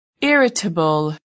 irritable